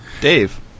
Dave